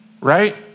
right